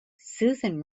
susan